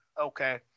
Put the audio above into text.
okay